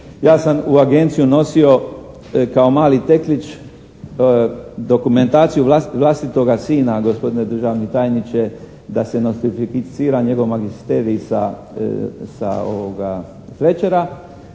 Ja sam u agenciju nosio kao mali teklić dokumentaciju vlastitoga sina gospodine državni tajniče da se nostrificira njegov magisterij sa Fletchera.